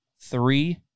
three